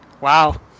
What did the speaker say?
Wow